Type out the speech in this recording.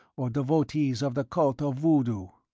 or devotees of the cult of voodoo!